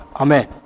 Amen